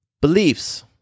beliefs